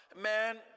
man